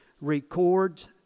records